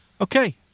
Okay